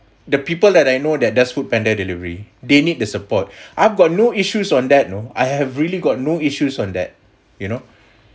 the people that I know that does foodpanda delivery they need the support I've got no issues on that no I have really got no issues on that you know